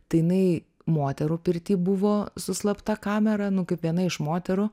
tai jinai moterų pirty buvo su slapta kamera nu kaip viena iš moterų